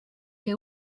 que